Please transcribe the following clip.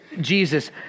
Jesus